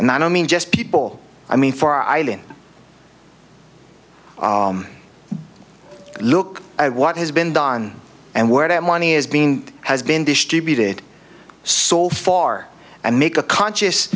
and i don't mean just people i mean for island look at what has been done and where that money is being has been distributed so far and make a conscious